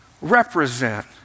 represent